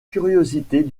curiosités